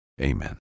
Amen